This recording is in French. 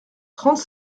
trente